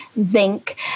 zinc